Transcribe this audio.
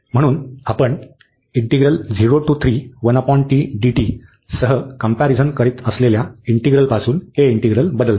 म्हणून आपण सह कम्पॅरिझन करीत असलेल्या इंटिग्रलपासून हे इंटिग्रल बदलते